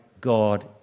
God